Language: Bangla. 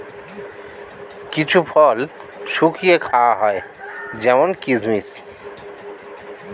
কিছু ফল শুকিয়ে খাওয়া হয় যেমন কিসমিস